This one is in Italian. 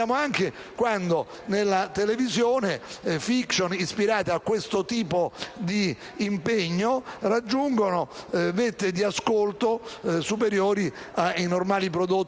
anche quando, in televisione, *fiction* ispirate a questo tipo di impegno raggiungono vette di ascolto superiori ai normali prodotti